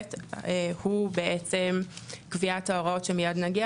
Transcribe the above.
וההיבט הוא בעצם קביעת ההוראות שמיד נגיע